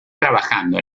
trabajando